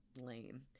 lame